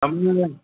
તમને